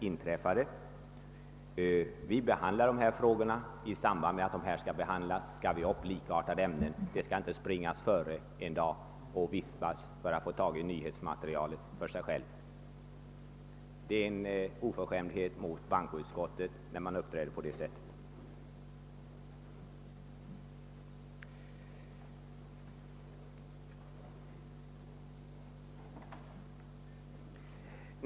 I samband med att vi behandlar dessa frågor skall vi också ta upp likartade ämnen; ingen skall springa före för att få nyhetsmaterialet för sig själv. Att uppträda på det sättet är en oförskämdhet mot bankoutskottet.